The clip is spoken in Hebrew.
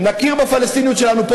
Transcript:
נכיר בפלסטיניות שלנו פה,